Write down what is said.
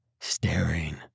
staring